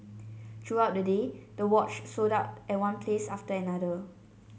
throughout the day the watch sold out at one place after another